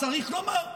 צריך לומר,